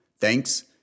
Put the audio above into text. Thanks